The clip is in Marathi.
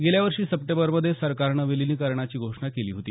गेल्या वर्षी सप्टेंबर मध्ये सरकारनं विलीनिकरणाची घोषणा केली होती